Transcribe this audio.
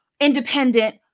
independent